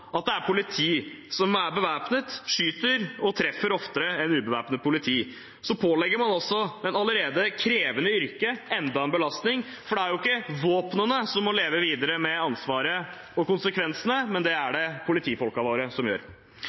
at politi som er bevæpnet, skyter og treffer oftere enn ubevæpnet politi, pålegger man altså et allerede krevende yrke enda en belastning. Det er ikke våpnene som må leve videre med ansvaret og konsekvensene – det er det politifolkene våre som gjør.